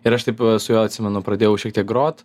ir aš taip su juo atsimenu pradėjau šiek tiek grot